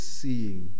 seeing